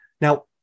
Now